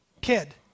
kid